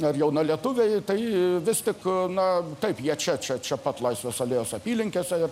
ar jaunalietuviai tai vis tik na taip jie čia čia čia pat laisvės alėjos apylinkėse